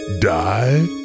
die